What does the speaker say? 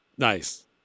Nice